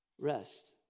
Rest